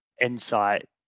insight